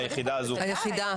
בוודאי.